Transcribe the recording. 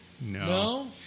No